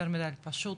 יותר מידי פשוט,